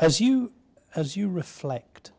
as you as you reflect